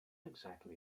exactly